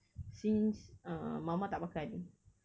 since uh mama tak makan